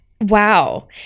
wow